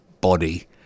body